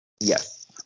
Yes